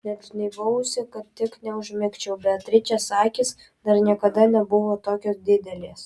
net žnaibausi kad tik neužmigčiau beatričės akys dar niekada nebuvo tokios didelės